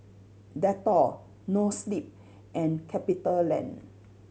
Dettol Noa Sleep and CapitaLand